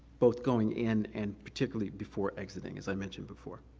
both going in, and particularly before exiting, as i mentioned before.